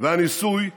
והניסוי נכשל.